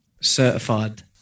Certified